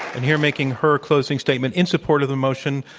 and here making her closing statement in support of the motion,